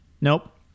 Nope